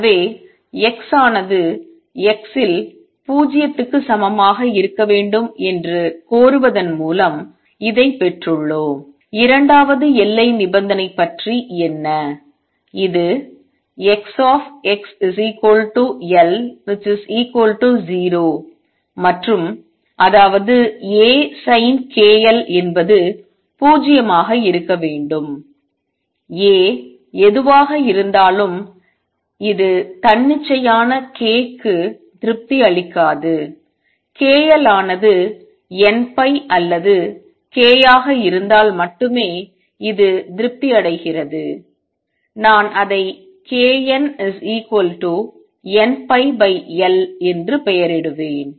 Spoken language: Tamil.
எனவே X ஆனது x இல் 0 க்கு சமமாக இருக்க வேண்டும் என்று கோருவதன் மூலம் இதைப் பெற்றுள்ளோம் இரண்டாவது எல்லை நிபந்தனை பற்றி என்ன இது Xx L 0 மற்றும் அதாவது A sin k L என்பது 0 ஆக இருக்க வேண்டும் A எதுவாக இருந்தாலும் இது தன்னிச்சையான k க்கு திருப்தி அளிக்காது k L ஆனது n அல்லது k ஆக இருந்தால் மட்டுமே இது திருப்தி அடைகிறது நான் அதை knnπL என்று பெயரிடுவேன்